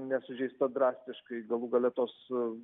nesužeista drastiškai galų gale tos